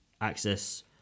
access